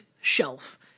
shelf